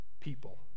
people